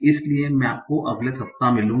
इसलिए मैं आपको अगले सप्ताह मिलूँगा